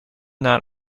not